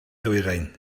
ddwyrain